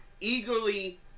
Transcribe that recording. eagerly